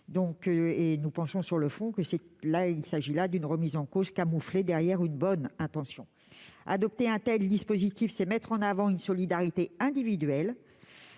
: nous pensons qu'il y a là, au fond, une remise en cause camouflée derrière une bonne intention. Adopter un tel dispositif, c'est mettre en avant une solidarité individuelle,